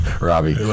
Robbie